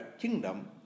kingdom